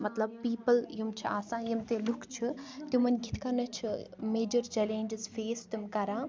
مطلب پیپٕل یِم چھِ آسان یِم تہِ لُکھ چھِ تِمن کِتھ کٔنَن چھِ میجَر چَلینجِس فیس تِم کَران